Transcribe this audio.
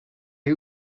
you